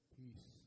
peace